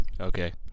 Okay